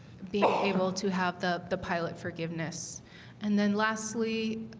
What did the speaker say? being able to have the the pilot forgiveness and then lastly